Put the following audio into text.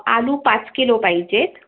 आलू पाच किलो पाहिजेत